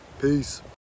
Peace